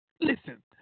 Listen